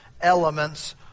elements